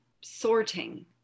sorting